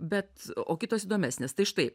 bet o kitos įdomesnės tai štai